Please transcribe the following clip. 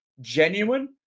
genuine